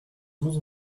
vous